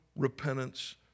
repentance